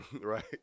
right